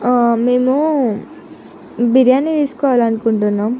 మేము బిర్యానీ తీసుకోవాలి అనుకుంటున్నాం